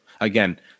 Again